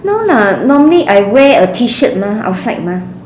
no lah normally I wear a T-shirt mah outside mah